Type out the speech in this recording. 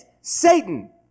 Satan